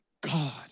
God